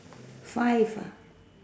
five ah